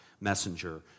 messenger